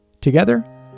Together